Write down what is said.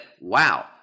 wow